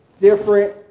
different